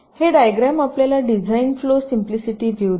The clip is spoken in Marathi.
हे डायग्रॅम आपल्याला डिझाइन फ्लो सिम्पलीसिटी व्हिव देते